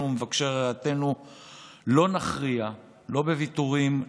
ומבקשי רעתנו לא נכריע לא בוויתורים,